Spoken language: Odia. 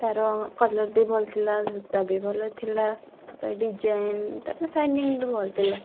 ତା'ର କଲର ବି ଭଲ ଥିଲା ସୂତା ବି ଭଲ ଥିଲା ତା'ପରେ ଡିଜାଇନ ତା'ପରେ ଶାଇନିଙ୍ଗ୍ ବି ଭଲ ଥିଲା